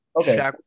Okay